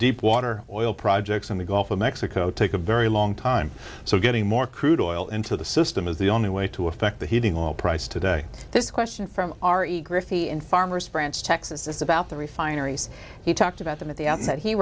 deepwater oil projects in the gulf of mexico take a very long time so getting more crude oil into the system is the only way to affect the heating oil price today this question from ari griffey and farmers branch texas is about the refineries he talked about them at the outset he